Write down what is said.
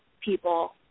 people